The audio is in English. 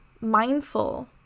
mindful